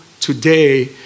today